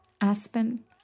Aspen